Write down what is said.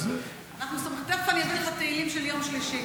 אז --- תכף אני אביא לך תהילים של יום שלישי.